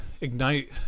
Ignite